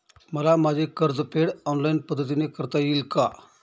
मला माझे कर्जफेड ऑनलाइन पद्धतीने करता येईल का?